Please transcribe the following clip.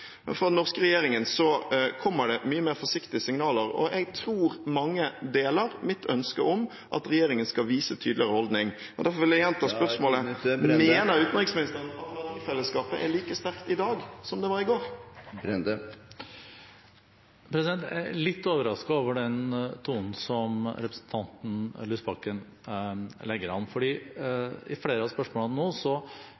Fra den norske regjeringen kommer det mye mer forsiktige signaler, og jeg tror mange deler mitt ønske om at regjeringen skal vise tydeligere holdning. Derfor vil jeg gjenta spørsmålet: Mener utenriksministeren at verdifellesskapet er like sterkt i dag som det var i går? Jeg er litt overrasket over den tonen som representanten Lysbakken legger an,